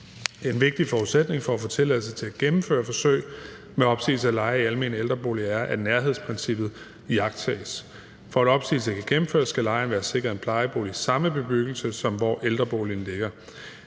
En vigtig forudsætning for at få tilladelse til at gennemføre forsøg med opsigelse af leje i almene ældreboliger er, at nærhedsprincippet iagttages. For at opsigelse kan gennemføres, skal lejeren være sikret en plejebolig i samme bebyggelse som den, hvor ældreboligen ligger.